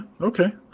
okay